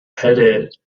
headed